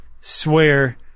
swear